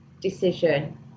decision